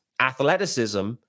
athleticism